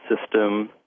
system